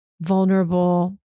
vulnerable